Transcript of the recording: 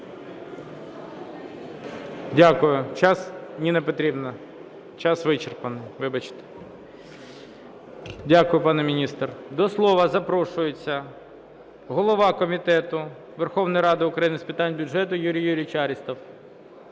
час вичерпаний, вибачте. Дякую, пане міністре. До слова запрошується голова Комітету Верховної Ради України з питань бюджету Юрій Юрійович Арістов,